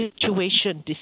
situation